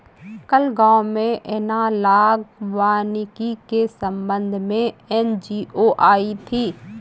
कल गांव में एनालॉग वानिकी के संबंध में एन.जी.ओ आई थी